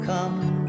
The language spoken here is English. Come